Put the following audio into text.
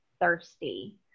thirsty